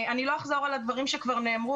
מפאת קוצר הזמן אני לא אחזור על הדברים שכבר שנאמרו